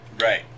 Right